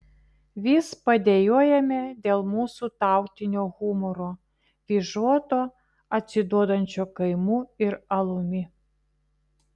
vis padejuojame dėl mūsų tautinio humoro vyžoto atsiduodančio kaimu ir alumi